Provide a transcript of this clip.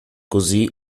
così